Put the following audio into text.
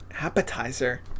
Appetizer